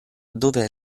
dove